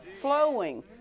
flowing